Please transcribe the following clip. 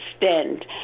extend